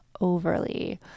overly